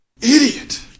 Idiot